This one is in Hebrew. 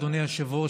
אדוני היושב-ראש,